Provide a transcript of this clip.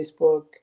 Facebook